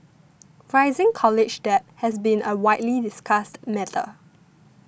rising college debt has been a widely discussed matter